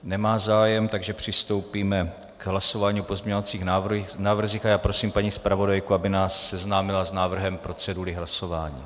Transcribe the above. Nemá zájem, takže přistoupíme k hlasování o pozměňovacích návrzích a já prosím paní zpravodajku, aby nás seznámila s návrhem procedury hlasování.